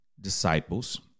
disciples